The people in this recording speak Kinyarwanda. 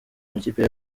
amakipe